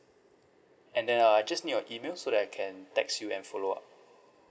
and then uh I just need your email so that I can text you and follow up